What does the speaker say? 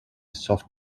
soft